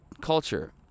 culture